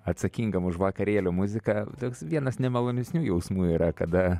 atsakingam už vakarėlių muziką toks vienas nemalonesnių jausmų yra kada